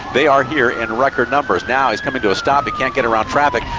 they are here in record numbers. now it's coming to a stop, you can't get around traffic.